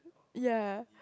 ya